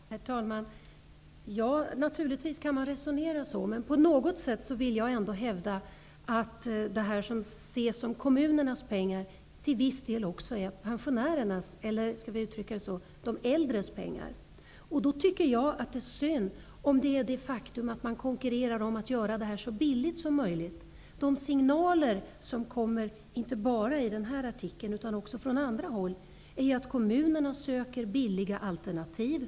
Herr talman! Man kan naturligtvis resonera som socialministern gör. Jag vill ändå hävda att det som ses som kommunernas pengar till viss del också är pensionärernas, eller de äldres, pengar. Det är synd om det är det faktum att man konkurrerar om att göra verksamheten så billig som möjligt som gör att man inte ser det så. De signaler som förs fram i denna artikel och på andra håll innebär att kommunerna söker billiga alternativ.